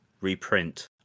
reprint